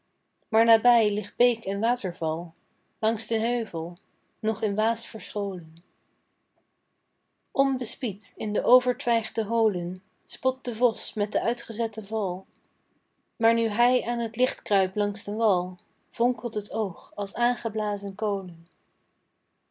nabij ligt beek en waterval langs den heuvel nog in waas verscholen onbespied in de overtwijgde holen spot de vos met de uitgezette val maar nu hij aan t licht kruipt langs den wal vonkelt t oog als aangeblazen kolen